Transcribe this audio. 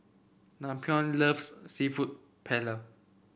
Napoleon loves seafood Paella